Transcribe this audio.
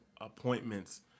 appointments